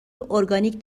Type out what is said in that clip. اورگانیک